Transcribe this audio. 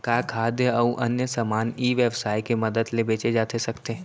का खाद्य अऊ अन्य समान ई व्यवसाय के मदद ले बेचे जाथे सकथे?